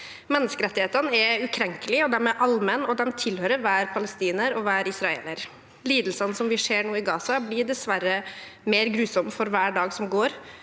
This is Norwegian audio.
Menneskerettighetene er ukrenkelige, de er allmenne, og de tilhører hver palestiner og hver israeler. Lidelsene som vi ser nå i Gaza, blir dessverre mer grusomme for hver dag som går.